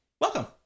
welcome